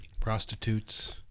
Prostitutes